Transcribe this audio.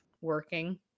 working